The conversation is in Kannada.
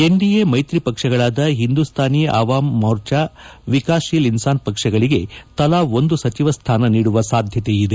ಎನ್ಡಿಎ ಮೈತ್ರಿ ಪಕ್ಷಗಳಾದ ಹಿಂದೂಸ್ತಾನಿ ಅವಾಮ್ ಮೋರ್ಚಾ ವಿಕಾಸಶೀಲ್ ಇನ್ಪಾನ್ ಪಕ್ಷಗಳಿಗೆ ತಲಾ ಒಂದು ಸಚಿವ ಸ್ಥಾನ ನೀಡುವ ಸಾಧ್ಯತೆಯಿದೆ